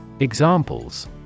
Examples